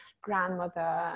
grandmother